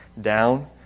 down